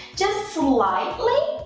just slightly,